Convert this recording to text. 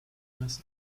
mess